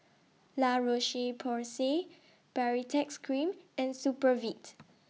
La Roche Porsay Baritex Cream and Supravit